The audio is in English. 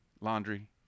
laundry